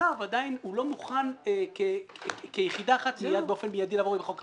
הצו עדיין לא מוכן כיחידה אחת באופן מיידי לעבור עם חוק הגמ"חים.